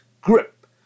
grip